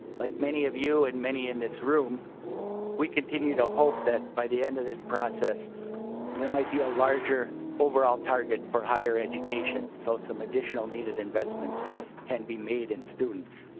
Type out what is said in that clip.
like many of you and many in this room we continue to hope that by the end of this process there might be a larger overall target for higher education so some additional needed in but buttons can be made in students.